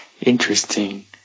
Interesting